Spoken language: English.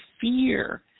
fear